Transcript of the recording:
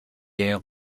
ayant